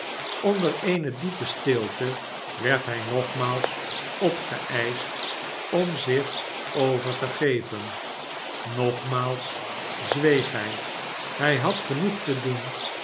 onder eene diepe stilte werd hijnogmaals opgeeischt om zich over te geven nogmaals zweeg hij hij had genoeg te doen